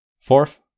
Fourth